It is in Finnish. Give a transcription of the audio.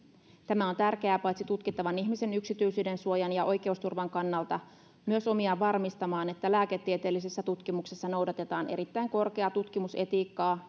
tämä on tärkeää paitsi tutkittavan ihmisen yksityisyydensuojan ja oikeusturvan kannalta myös omiaan varmistamaan että lääketieteellisessä tutkimuksessa noudatetaan erittäin korkeaa tutkimusetiikkaa